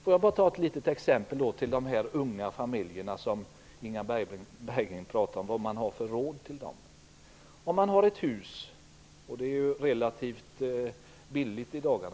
Får jag bara ta ett litet exempel med anledning av att Inga Berggren talade om vilka råd man har att ge de unga familjerna. Den politik som vi har stått för de här två åren innebär räntesänkningar.